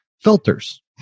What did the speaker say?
filters